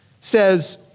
says